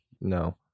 No